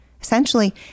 essentially